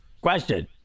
question